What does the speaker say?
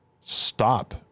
stop